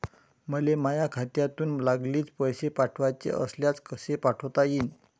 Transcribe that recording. मले माह्या खात्यातून लागलीच पैसे पाठवाचे असल्यास कसे पाठोता यीन?